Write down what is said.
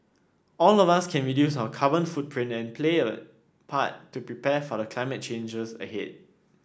all of us can reduce our carbon footprint and play a part to prepare for the climate challenges ahead